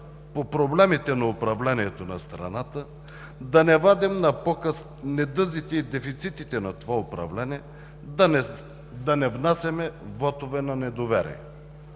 по проблемите на управлението на страната, да не вадим на показ недъзите и дефицитите на това управление, да не внасяме вотове на недоверение.